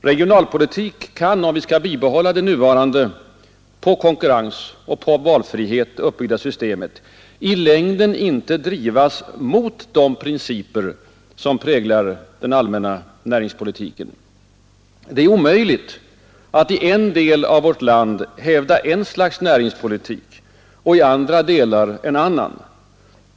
Regionalpolitik kan — om vi skall behålla det nuvarande på konkurrens och valfrihet uppbyggda systemet — i längden inte drivas mot de principer som präglar den allmänna näringspolitiken. Det är omöjligt att i en del av vårt land hävda ett slags näringspolitik och i andra delar en annan.